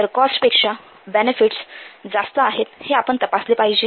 तर कॉस्टपेक्षा बेनेफिटस फायदे जास्त आहेत हे आपण तपासले पाहिजे